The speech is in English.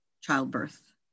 childbirth